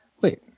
wait